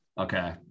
Okay